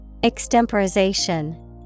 Extemporization